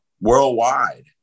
worldwide